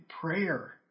prayer